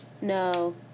no